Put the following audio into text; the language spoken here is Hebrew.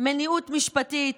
מניעות משפטית,